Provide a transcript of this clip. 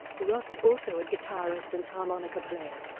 roth is also a guitarist and harmonica player.